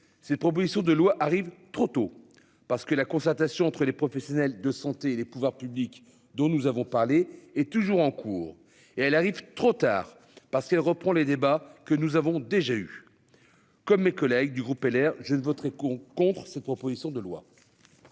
cette proposition de loi arrive trop tôt parce que la concertation entre les professionnels de santé et les pouvoirs publics dont nous avons parlé, est toujours en cours et elle arrive trop tard parce qu'elle reprend les débats que nous avons déjà eu. Comme mes collègues du groupe LR, je ne voterai con contre cette proposition de loi.--